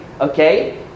okay